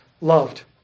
loved